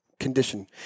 Condition